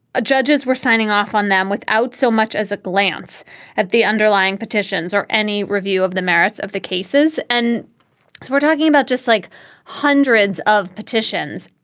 judges were signing off on them without so much as a glance at the underlying petitions or any review of the merits of the cases and so we're talking about just like hundreds of petitions.